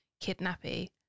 kidnappy